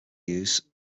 used